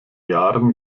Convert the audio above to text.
jahren